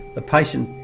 the patient,